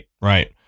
right